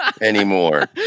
anymore